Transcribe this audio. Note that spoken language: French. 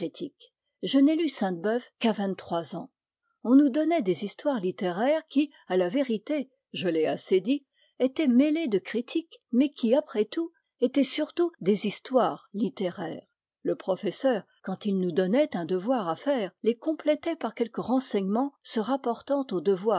je n'ai lu sainte-beuve qu'à vingt-trois ans on nous donnait des histoires littéraires qui à la vérité je l'ai assez dit étaient mêlés de critiques mais qui après tout étaient surtout des histoires littéraires le professeur quand il nous donnait un devoir à faire les complétait par quelques renseignements se rapportant au devoir